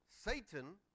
Satan